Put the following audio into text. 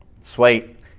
sweet